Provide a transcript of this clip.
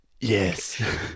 Yes